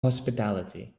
hospitality